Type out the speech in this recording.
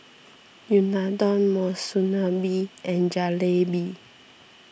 Unadon Monsunabe and Jalebi